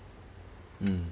mm